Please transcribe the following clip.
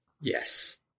Yes